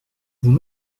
vous